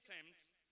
attempts